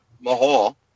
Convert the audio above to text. Mahal